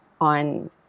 on